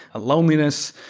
loneliness,